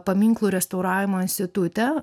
paminklų restauravimo institute